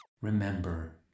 Remember